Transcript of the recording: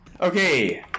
Okay